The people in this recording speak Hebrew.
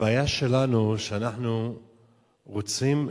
הבעיה שלנו היא שאנחנו רוצים לצאת,